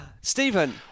Stephen